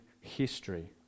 history